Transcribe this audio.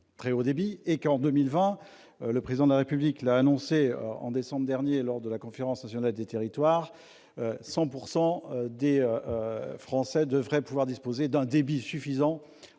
très haut débit en 2022. Par ailleurs, comme le Président de la République l'a annoncé en décembre dernier lors de la conférence nationale des territoires, 100 % des Français devraient pouvoir disposer, en 2020, d'un débit suffisant